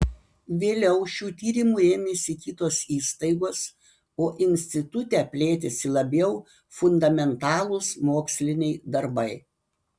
vėliau šių tyrimų ėmėsi kitos įstaigos o institute plėtėsi labiau fundamentalūs moksliniai darbai